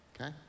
okay